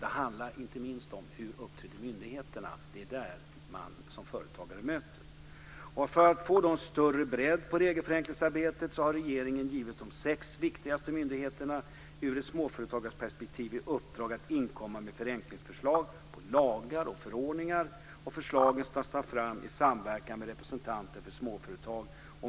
Det handlar inte minst om hur myndigheterna uppträder. Det är dem som företagare möter. För att få en större bredd på regelförenklingsarbetet har regeringen givit de sex viktigaste myndigheterna i ett småföretagarperspektiv i uppdrag att inkomma med förenklingsförslag i lagar och förordningar. Förslagen ska tas fram i samverkan med representanter för småföretag.